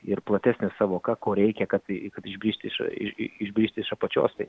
ir platesnė sąvoka ko reikia kad kad išbristi iš išbristi iš apačios tai